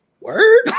word